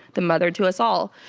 the mother to us all.